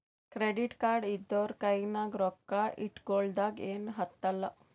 credit card ಇದ್ದೂರ ಕೈನಾಗ್ ರೊಕ್ಕಾ ಇಟ್ಗೊಳದ ಏನ್ ಹತ್ತಲಾ